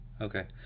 Okay